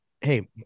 Hey